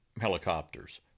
helicopters